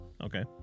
Okay